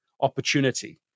opportunity